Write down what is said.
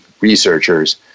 researchers